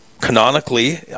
canonically